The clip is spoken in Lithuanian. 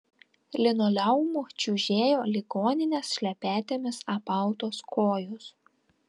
linoleumu čiužėjo ligoninės šlepetėmis apautos kojos